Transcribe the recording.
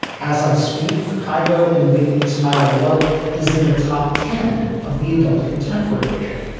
as i speak, cargo and whitney's higher love is in the top ten of the adult contemporary charts.